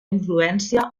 influència